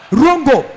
rongo